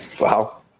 Wow